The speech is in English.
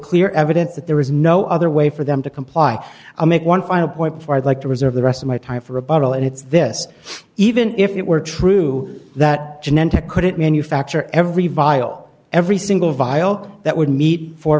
clear evidence that there is no other way for them to comply i make one final point before i'd like to reserve the rest of my time for rebuttal and it's this even if it were true that genetic code it manufacture every vial every single vial that would meet for